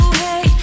hey